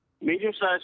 medium-sized